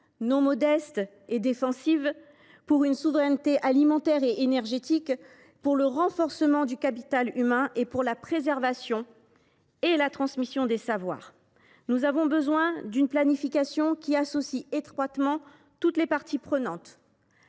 pas modeste et défensive ; pour une souveraineté alimentaire et énergétique ; pour le renforcement du capital humain et pour la préservation et la transmission des savoirs. Nous avons besoin d’une planification qui associe étroitement toutes les parties prenantes.